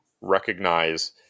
recognize